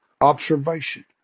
Observation